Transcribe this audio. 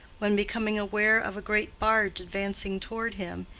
when, becoming aware of a great barge advancing toward him,